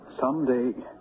Someday